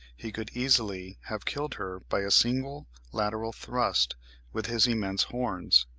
he could easily have killed her by a single lateral thrust with his immense horns.